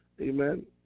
Amen